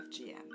FGM